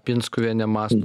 pinskuvienė mąsto